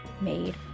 made